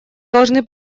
должны